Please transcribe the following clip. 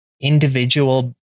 individual